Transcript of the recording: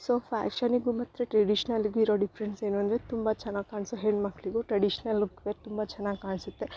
so ಫ್ಯಾಶನಿಗು ಮತ್ತು ಟ್ರಡಿಶ್ನಲಿಗು ಇರೊ ಡಿಫ್ರೆನ್ಸ್ ಏನು ಅಂದರೆ ತುಂಬ ಚೆನ್ನಾಗ್ ಕಾಣಿಸೋ ಹೆಣ್ಣುಮಕ್ಳಿಗು ಟ್ರೆಡಿಷ್ನಲ್ ಲುಕ್ ವೇರ್ ತುಂಬ ಚೆನ್ನಾಗ್ ಕಾಣಿಸುತ್ತೆ